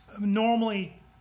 Normally